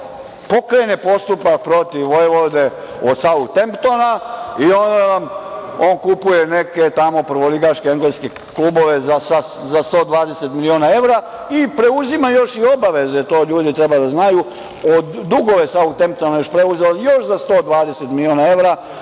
pokrene postupak protiv vojvode od Sautemptona a onda nam on kupuje neke tamo prvoligaške engleske klubove za 120 miliona evra i preuzima još obaveze, to ljudi treba da znaju, dugove Sautemptona, još za 120 miliona evra.